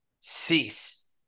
Cease